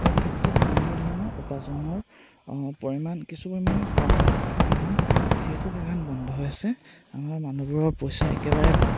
এই ক্ষেত্ৰত বিভিন্ন ধৰণৰ উপাৰ্জনৰ পৰিমাণ কিছু পৰিমাণে কম হ'ব পাৰে কাৰণ যিহেতু বাগান বন্ধ হৈ আছে আমাৰ মানুহবোৰৰ পইচা একেবাৰে কম